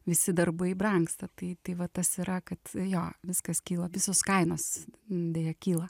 visi darbai brangsta tai tai va tas yra kad jo viskas kyla visos kainos n deja kyla